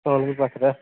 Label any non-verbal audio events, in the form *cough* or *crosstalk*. *unintelligible* ପାଖରେ